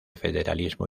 federalismo